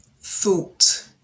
thought